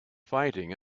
fighting